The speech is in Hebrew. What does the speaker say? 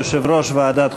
יושב-ראש ועדת החוקה,